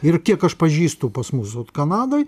ir kiek aš pažįstu pas mus vat kanadoj